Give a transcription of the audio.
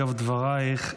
אגב דברייך,